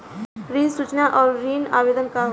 ऋण सूचना और ऋण आवेदन का होला?